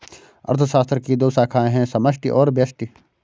अर्थशास्त्र की दो शाखाए है समष्टि और व्यष्टि